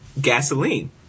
gasoline